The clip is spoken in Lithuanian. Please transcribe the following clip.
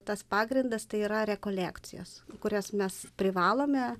tas pagrindas tai yra rekolekcijos kurias mes privalome